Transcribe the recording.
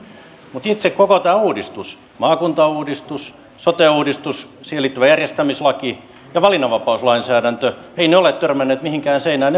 mutta itse koko tämä uudistus maakuntauudistus sote uudistus siihen liittyvä järjestämislaki ja valinnanvapauslainsäädäntö ei ole törmännyt mihinkään seinään